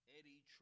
Eddie